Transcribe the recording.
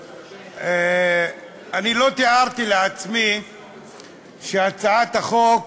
אני לא תיארתי לעצמי שהצעת החוק